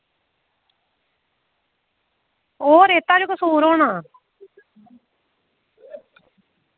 ओह् रेतै दा कसूर होना